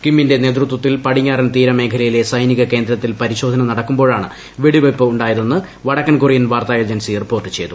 കിമ്മിന്റെം നേതൃത്വത്തിൽ പടിഞ്ഞാറൻ തീരമേഖലയിലെ സൈനിക ക്ട്രേന്ദ്രത്തിൽ പരിശോധന നടക്കുമ്പോഴാണ് വെടിവയ്പ്പ് ഉണ്ടായതെന്ന് പ്രിടക്കൻ കൊറിയൻ വാർത്താ ഏജൻസി റിപ്പോർട്ട് ചെയ്തു